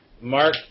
Mark